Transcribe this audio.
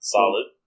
Solid